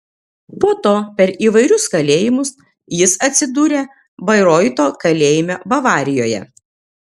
po to per įvairius kalėjimus jis atsidūrė bairoito kalėjime bavarijoje